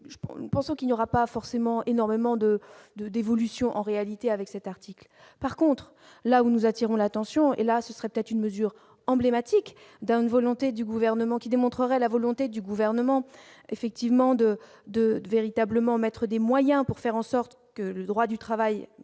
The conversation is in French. pourcent qu'il n'y aura pas forcément énormément de, de, d'évolution en réalité avec cet article, par contre, là où nous attirons l'attention, et là ce serait peut-être une mesure emblématique d'un une volonté du gouvernement qui démontrerait la volonté du gouvernement effectivement de, de, de véritablement mettre des moyens pour faire en sorte que le droit du travail,